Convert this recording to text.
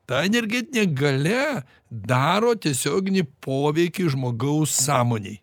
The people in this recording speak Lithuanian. ta energetinė galia daro tiesioginį poveikį žmogaus sąmonei